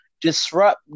Disrupt